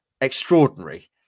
extraordinary